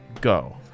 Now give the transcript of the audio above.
go